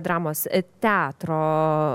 dramos teatro